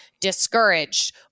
discouraged